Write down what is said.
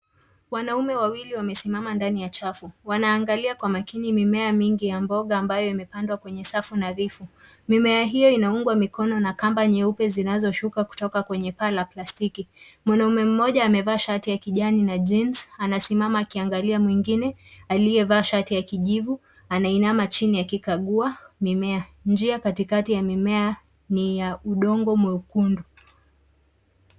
Wanaume wawili wamesimama ndani ya chafu. Wanaangalia kwa makini mimea mingi ya mboga ambayo imepandwa kwenye safu nadhifu. Mimea hiyo inaungwa mikono na kamba nyeupe zinazoshuka kutoka kwenye paa la plastiki. Mwanaume mmoja amevaa shati ya kijani na jeans anasimama akiangalia mwingine aliyevaa shati ya kijivu. Anainama chini akikagua mimea. Njia ya katikati ya mimea ni ya udongo mwekundu.